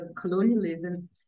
colonialism